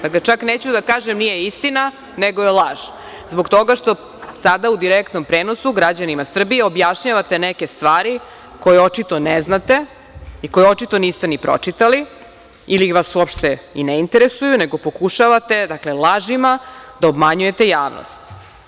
Pa, čak neću da kažem da nije istina, nego je laž, zbog toga što sada u direktnom prenosu građanima Srbije objašnjavate neke stvari koje očito ne znate i koje očito niste ni pročitali ili vas uopšte i ne interesuje, nego pokušavate, dakle, lažima da obmanjujete javnost.